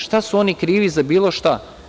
Šta su oni krivi za bilo šta?